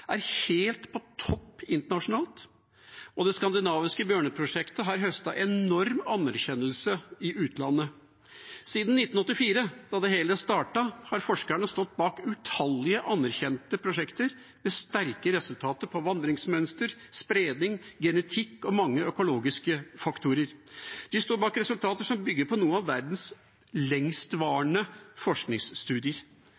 helt på topp internasjonalt, og det skandinaviske bjørneprosjektet har høstet enorm anerkjennelse i utlandet. Siden 1984, da det hele startet, har forskerne stått bak utallige anerkjente prosjekter med sterke resultater på vandringsmønster, spredning, genetikk og mange økologiske faktorer. De står bak resultater som bygger på noen av verdens